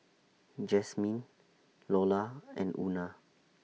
Jazmyn Lola and Una